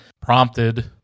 prompted